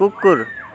कुकुर